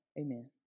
Amen